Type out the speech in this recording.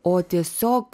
o tiesiog